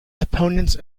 opponents